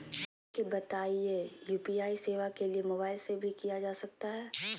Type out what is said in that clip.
हमरा के बताइए यू.पी.आई सेवा के लिए मोबाइल से भी किया जा सकता है?